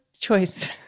choice